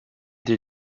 des